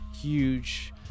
huge